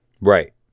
right